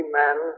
men